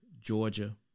Georgia